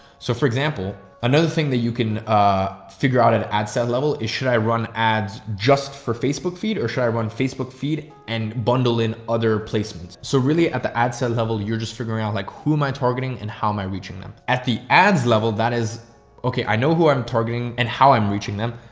so for example, another thing that you can ah, figure out an ad set level is should i run ads just for facebook feed or should i run facebook feed and bundle in other placements? so really at the ad set level you're just figuring out like who am i targeting and how am i reaching them at the ads level? that is okay. i know who i'm targeting and how i'm reaching them.